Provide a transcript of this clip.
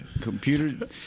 Computer